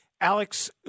Alex